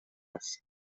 است